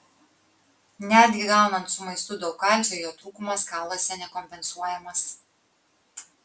netgi gaunant su maistu daug kalcio jo trūkumas kauluose nekompensuojamas